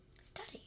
Study